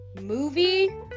movie